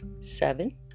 seven